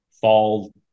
fall